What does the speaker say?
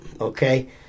okay